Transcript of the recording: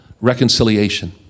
reconciliation